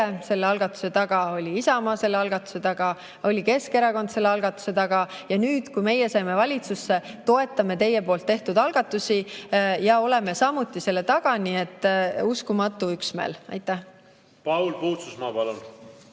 selle algatuse taga, oli Isamaa selle algatuse taga, oli Keskerakond selle algatuse taga. Nüüd, kui meie saime valitsusse, toetame teie tehtud algatusi ja oleme samuti selle taga. Nii et uskumatu üksmeel. Paul Puustusmaa, palun!